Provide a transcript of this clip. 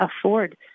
afford